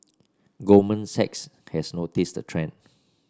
goldman Sachs has noticed the trend